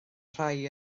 rhai